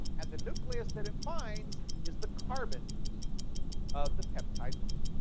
and the nucleus that it finds is the carbon of the peptide bond.